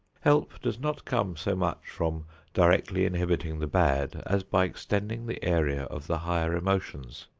help does not come so much from directly inhibiting the bad as by extending the area of the higher emotions.